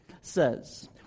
says